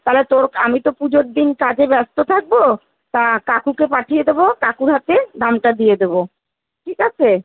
তাহলে তোর আমি তো পুজোর দিন কাজে ব্যস্ত থাকবো তা কাকুকে পাঠিয়ে দেবো কাকুর হাতে দামটা দিয়ে দেবো ঠিক আছে